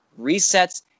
resets